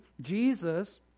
Jesus